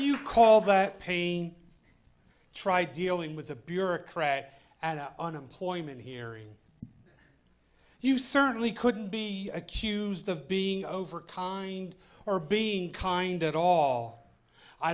you call that pain try dealing with the bureaucrat and unemployment hearing you certainly couldn't be accused of being overconfident or being kind at all i